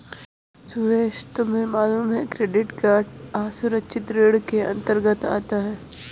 सुरेश तुम्हें मालूम है क्रेडिट कार्ड असुरक्षित ऋण के अंतर्गत आता है